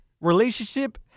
relationship